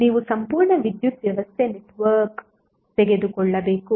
ನೀವು ಸಂಪೂರ್ಣ ವಿದ್ಯುತ್ ವ್ಯವಸ್ಥೆ ನೆಟ್ವರ್ಕ್ ತೆಗೆದುಕೊಳ್ಳಬೇಕು